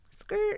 Skirt